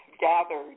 gathered